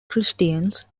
christians